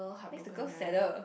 makes the girl sadder